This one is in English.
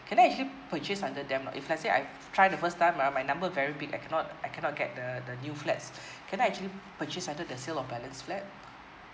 can I actually purchase under them uh if let's say I tried the first time right my number very big I cannot I cannot get the the new flats can I actually purchase under the sale of balance flat